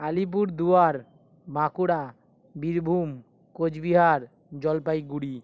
Alipurduar Bankura Birbhum Cooch Behar Jalpaiguri